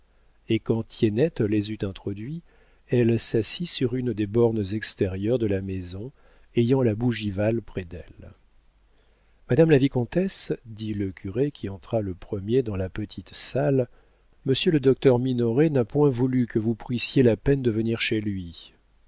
et quand tiennette les eut introduits elle s'assit sur une des bornes extérieures de la maison ayant la bougival près d'elle madame la vicomtesse dit le curé qui entra le premier dans la petite salle monsieur le docteur minoret n'a point voulu que vous prissiez la peine de venir chez lui